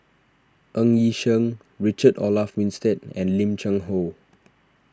Ng Yi Sheng Richard Olaf Winstedt and Lim Cheng Hoe